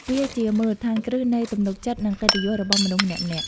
វាជាមូលដ្ឋានគ្រឹះនៃទំនុកចិត្ត និងកិត្តិយសរបស់មនុស្សម្នាក់ៗ។